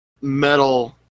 metal